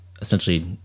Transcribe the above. essentially